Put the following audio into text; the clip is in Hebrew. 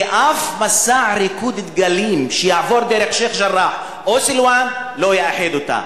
ואף מסע "ריקוד דגלים" שיעבור דרך שיח'-ג'ראח או סילואן לא יאחד אותה.